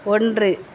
ஒன்று